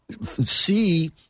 see